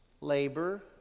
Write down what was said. labor